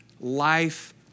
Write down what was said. life